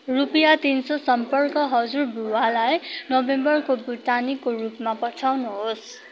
रुपियाँ तिन सौ सम्पर्क हजुरबुबालाई नोभेम्बरको भुक्तानीका रूपमा पठाउनुहोस्